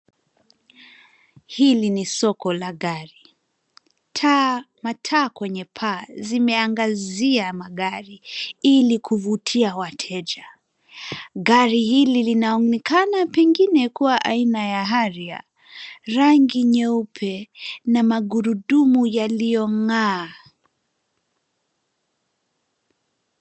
Hili ni soko la gari. Mataa kwenye paa zimeangazia magari ili kuvutia wateja. Gari hili linaonekana pengine kuwa aina ya Harrier; rangi nyeupe na magurudumu yaliyong'aa.